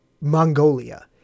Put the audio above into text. Mongolia